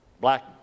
black